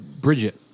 Bridget